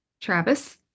Travis